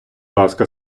ласка